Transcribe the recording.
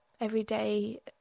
everyday